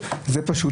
זה פשוט